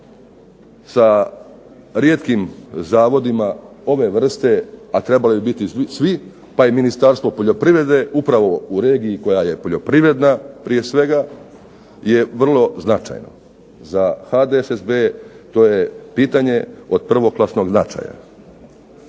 sa rijetkim zavodima ove vrste, a trebali bi biti svi, pa i Ministarstvo poljoprivrede upravo u regiji koja je poljoprivredna prije svega je vrlo značajna. Za HDSSB to je pitanje od prvoklasnog značaja.